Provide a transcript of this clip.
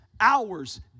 hours